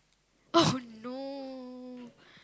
oh no